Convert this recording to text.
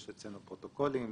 יש אצלנו פרוטוקולים.